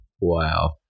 Wow